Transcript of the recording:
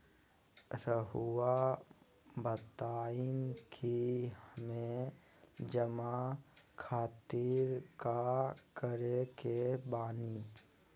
रहुआ बताइं कि हमें जमा खातिर का करे के बानी?